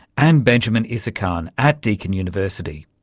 and benjamin isakhan at deakin university.